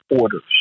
orders